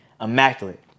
immaculate